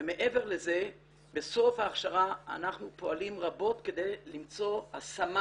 ומעבר לזה בסוף ההכשרה אנחנו פועלים רבות כדי למצוא השמה